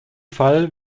fall